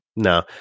No